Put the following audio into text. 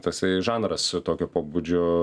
tasai žanras tokio pobūdžio